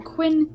Quinn